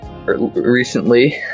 recently